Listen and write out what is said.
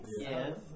Yes